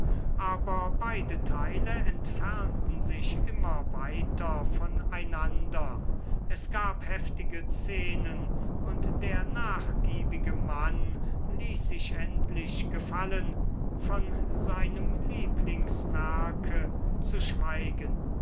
aber beide teile entfernten sich immer weiter von einander es gab heftige szenen und der nachgiebige mann ließ sich endlich gefallen von seinem lieblingswerke zu schweigen